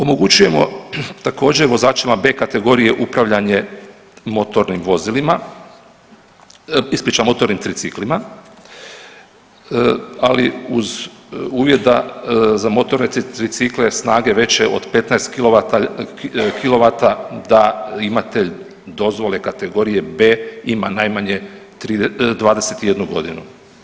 Omogućujemo također vozačima B kategorije upravljanje motornim vozilima, ispričavam motornim triciklima, ali uz uvjet da za motorne tricikle snage veće od 15 kilovata da imate dozvole kategorije B ima najmanje 21 godinu.